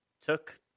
took